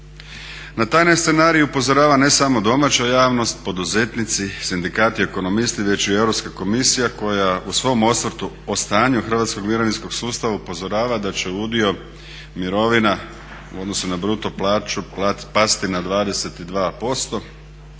Na taj nas scenarij upozorava ne samo domaća javnost, poduzetnici, sindikati, ekonomisti već i Europska komisija koja u svom osvrtu o stanju hrvatskog mirovinskog sustava upozorava da će udio mirovina u odnosu na bruto plaću pasti na 22%